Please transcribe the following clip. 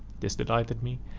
this delighted me,